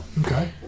Okay